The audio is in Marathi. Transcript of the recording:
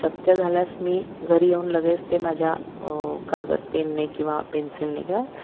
शक्य झाल्यास मी घरी येऊन लगेच ते माझ्या कागद पेनने किंवा पेन्सिलने किंवा